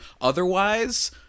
otherwise